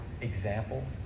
example